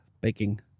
baking